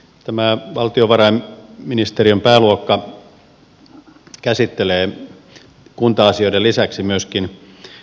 tämä valtiovarainministeriön pääluokka käsittelee kunta asioiden lisäksi myöskin verotusasioita